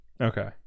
Okay